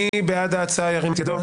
מי בעד ההצעה ירים את ידו?